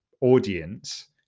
audience